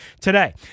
today